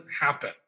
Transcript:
happen